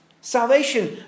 Salvation